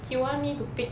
you want me to pick